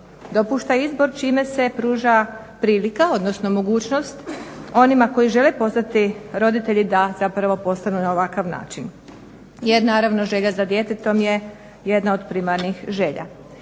dopušta izbor čime se pruža prilika, odnosno mogućnost onima koji žele postati roditelji da zapravo postanu na ovakav način, jer naravno želja za djetetom je jedna od primarnih želja.